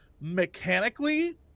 mechanically